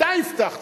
אתה הבטחת,